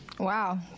Wow